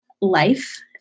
life